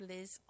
Liz